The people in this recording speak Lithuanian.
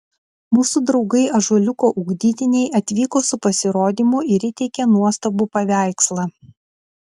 mūsų draugai ąžuoliuko ugdytiniai atvyko su pasirodymu ir įteikė nuostabų paveikslą